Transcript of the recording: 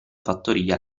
fattoria